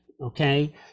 Okay